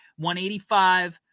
185